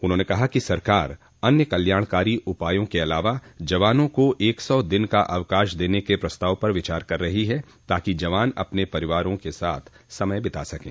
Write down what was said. उन्होंने कहा कि सरकार अन्य कल्याणकारी उपायों के अलावा जवानों को एक सौ दिन का अवकाश देने के प्रस्ताव पर विचार कर रही है ताकि जवान अपने परिवारों के साथ समय बिता सकें